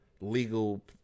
legal